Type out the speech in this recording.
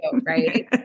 right